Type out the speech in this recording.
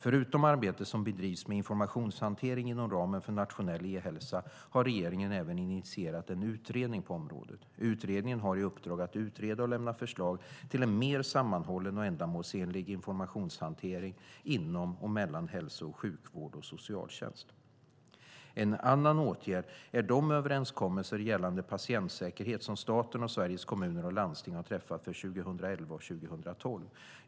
Förutom det arbete som bedrivs med informationshantering inom ramen för Nationell e-hälsa har regeringen även initierat en utredning på området. Utredningen har i uppdrag att utreda och lämna förslag till en mer sammanhållen och ändamålsenlig informationshantering inom och mellan hälso och sjukvård och socialtjänst . En annan åtgärd är de överenskommelser gällande patientsäkerhet som staten och Sveriges Kommuner och Landsting har träffat för 2011 och 2012.